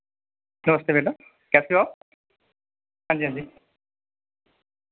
नमस्ते बेटा कैसे हो आप हांजी हांजी